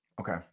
Okay